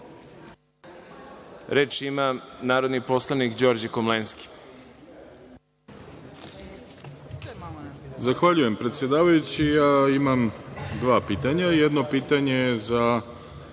ima narodni poslanik Đorđe Komlenski.